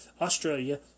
Australia